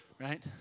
right